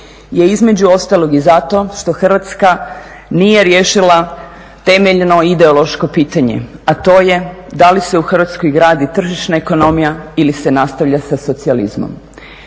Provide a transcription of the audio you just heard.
je između ostalog i zato što Hrvatska nije riješila temeljno ideološko pitanje, a to je da li se u Hrvatskoj gradi tržišna ekonomija ili se nastavlja sa socijalizmom.